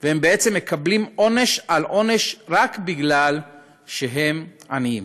והם בעצם מקבלים עונש על עונש רק כי הם עניים.